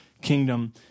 kingdom